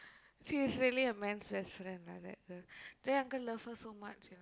she's really a man's best friend lah that girl the uncle love her so much you know